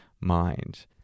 mind